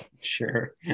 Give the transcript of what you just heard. Sure